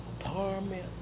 apartment